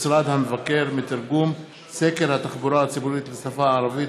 משרד המבקר מתרגום סקר התחבורה הציבורית לשפה הערבית,